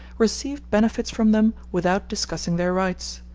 received benefits from them without discussing their rights.